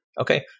Okay